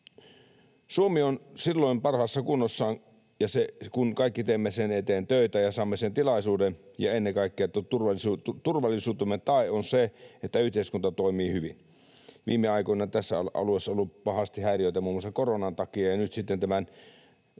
Suomi on silloin parhaassa kunnossaan, kun kaikki teemme sen eteen töitä ja saamme sen tilaisuuden, ja ennen kaikkea turvallisuutemme tae on se, että yhteiskunta toimii hyvin. Viime aikoina tällä alueella on ollut pahasti häiriöitä muun muassa koronan takia,